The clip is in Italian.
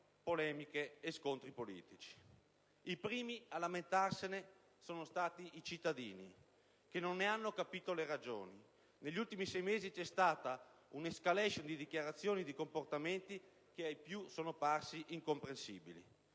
polemiche e scontri politici. I primi a lamentarsene sono stati i cittadini, che non ne hanno capito le ragioni. Negli ultimi sei mesi c'è stata una *escalation* di dichiarazioni e di comportamenti che ai più sono apparsi incomprensibili.